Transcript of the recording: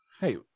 Hey